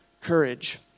courage